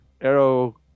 arrow